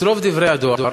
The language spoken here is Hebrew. את רוב דברי הדואר